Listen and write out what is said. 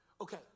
Okay